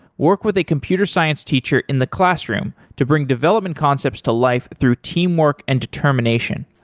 work with a computer science teacher in the classroom to bring development concepts to life through teamwork and determination.